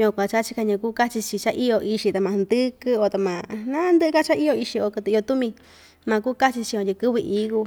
yukuan kuu cha‑chachi ta ñaku kachi‑chi cha‑ìyo ixi ta ma hndɨkɨ o ta ma nandɨ'ɨ‑ka cha‑iyo ixi o kɨtɨ iyo tumi makuu kachi chii tyi kɨvɨ ií kuu.